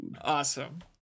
Awesome